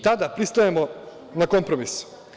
Tada pristajemo na kompromis.